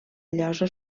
llosa